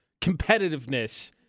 competitiveness